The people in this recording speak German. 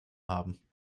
haben